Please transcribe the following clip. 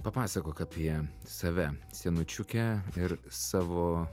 papasakok apie save senučiukę ir savo